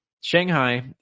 Shanghai